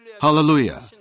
Hallelujah